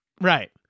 Right